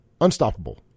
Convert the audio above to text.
Unstoppable